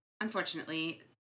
unfortunately